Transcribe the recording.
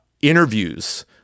interviews